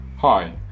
Hi